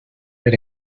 per